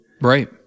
Right